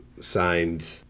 signed